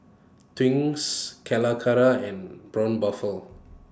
Twinings Calacara and Braun Buffel